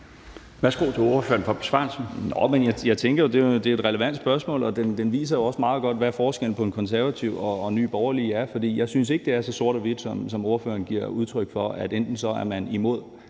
jo, at det er et relevant spørgsmål, og det viser også meget godt, hvad forskellen på De Konservative og Nye Borgerlige er. For jeg synes ikke, det er så sort-hvidt, som ordføreren giver udtryk for, altså at man